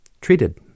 treated